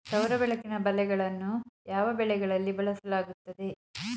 ಸೌರ ಬೆಳಕಿನ ಬಲೆಗಳನ್ನು ಯಾವ ಬೆಳೆಗಳಲ್ಲಿ ಬಳಸಲಾಗುತ್ತದೆ?